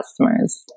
customers